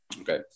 Okay